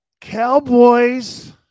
Cowboys